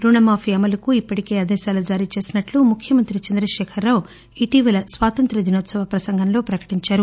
రుణమాఫీ అమలుకు ఇప్పటికే ఆదేశాలు జారీచేసినట్టు ముఖ్యమంత్రి చంద్రశేఖర్ రావు ఇటీవల స్వాతంత్ర్య దినోత్సవ ప్రసంగంలో ప్రకటించారు